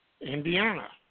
Indiana